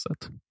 set